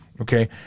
Okay